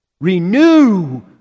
Renew